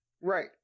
Right